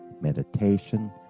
meditation